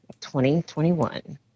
2021